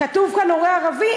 כתוב כאן "הורה ערבי"?